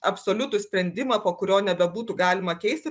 absoliutų sprendimą po kurio nebebūtų galima keisti